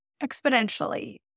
exponentially